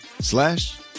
slash